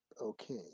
okay